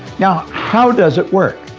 now, how does it work?